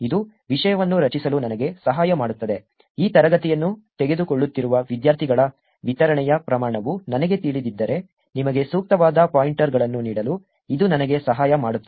ಇದು ವಿಷಯವನ್ನು ರಚಿಸಲು ನನಗೆ ಸಹಾಯ ಮಾಡುತ್ತದೆ ಈ ತರಗತಿಯನ್ನು ತೆಗೆದುಕೊಳ್ಳುತ್ತಿರುವ ವಿದ್ಯಾರ್ಥಿಗಳ ವಿತರಣೆಯ ಪ್ರಮಾಣವು ನನಗೆ ತಿಳಿದಿದ್ದರೆ ನಿಮಗೆ ಸೂಕ್ತವಾದ ಪಾಯಿಂಟರ್ಗಳನ್ನು ನೀಡಲು ಇದು ನನಗೆ ಸಹಾಯ ಮಾಡುತ್ತದೆ